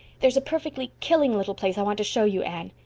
there's a perfectly killing little place i want to show you, anne.